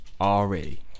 Already